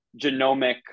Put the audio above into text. genomic